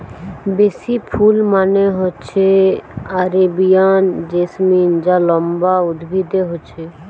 বেলি ফুল মানে হচ্ছে আরেবিয়ান জেসমিন যা লম্বা উদ্ভিদে হচ্ছে